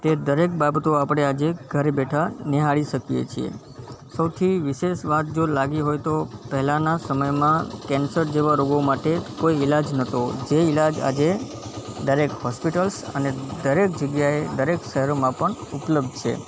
તે દરેક બાબતો આપણે આજે ઘરે બેઠા નિહાળી શકીએ છીએ સૌથી વિશેષ વાત જો લાગી હોય તો પહેલાંના સમયમાં કેન્સર જેવા રોગો માટે કોઈ ઈલાજ ન હતો જે ઈલાજ આજે દરેક હોસ્પિટલ્સ અને દરેક જગ્યાએ દરેક શહેરોમાં પણ ઉપલબ્ધ છે